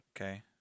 Okay